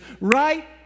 Right